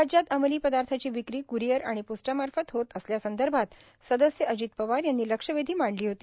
राज्यात अंमली पदार्थाची विक्री क्रिअर आणि पोस्टामार्फत होत असल्यासंदर्भात सदस्य अजित पवार यांनी लक्षवेधी मांडली होती